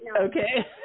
okay